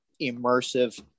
immersive